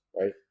right